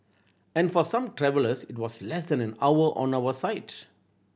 and for some travellers it was less than an hour on our side